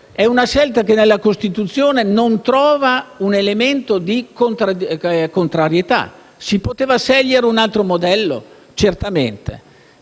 è una scelta che nella Costituzione non trova un elemento di contrarietà. Si poteva scegliere un altro modello? Certamente,